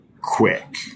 quick